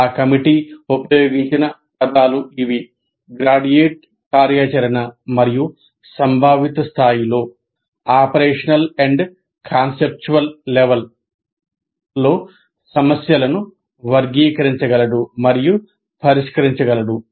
ఆ కమిటీ ఉపయోగించిన పదాలు ఇవి గ్రాడ్యుయేట్ కార్యాచరణ మరియు సంభావిత స్థాయిలో సమస్యలను వర్గీకరించగలడు మరియు పరిష్కరించగలడు